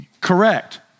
Correct